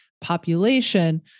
population